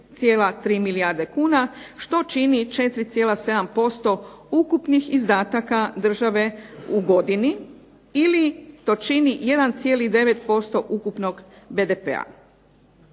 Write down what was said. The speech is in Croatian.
6,3 milijarde kuna što čini 4,7% ukupnih izdataka države u godini ili to čini 1,9% ukupnog BDP-a.